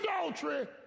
adultery